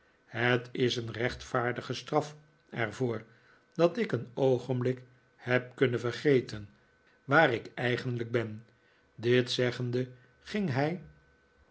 het is een rechtvaardige straf er voor dat ik een oogenblik heb kunnen vergeten waar ik eigenlijk ben dit zeggend ging hij